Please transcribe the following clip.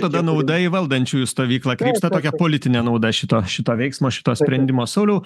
tada nauda į valdančiųjų stovyklą krypsta tokia politinė nauda šito šito veiksmo šito sprendimo sauliau